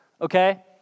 okay